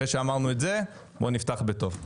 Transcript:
אחרי שאמרנו את זה, בואו נפתח בטוב.